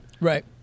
Right